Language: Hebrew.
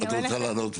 את רוצה לענות?